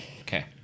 Okay